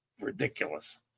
ridiculous